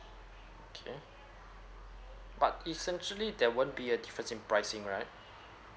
okay but essentially there won't be a difference in pricing right